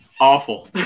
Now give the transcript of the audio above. awful